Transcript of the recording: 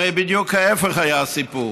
הרי בדיוק ההפך היה הסיפור.